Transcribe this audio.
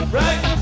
right